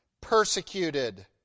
persecuted